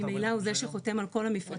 ממילא הוא זה שחותם על כל המפרטים.